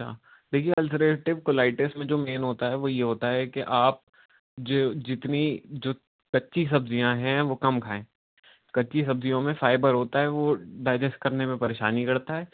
اچھا دیکھیے ulcerative colitis میں جو مین ہوتا ہے وہ یہ ہوتا ہے کہ آپ جو جتنی جو کچی سبزیاں ہیں وہ کم کھائیں کچی سبزیوں میں فائبر ہوتا ہے وہ ڈائجسٹ کرنے میں پریشانی کرتا ہے